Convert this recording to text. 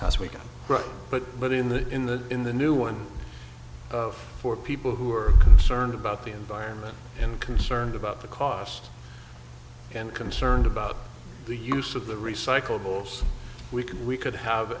past week but but in the in the in the new one of four people who are concerned about the environment and concerned about the cost and concerned about the use of the recyclables we could we could have